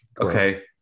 Okay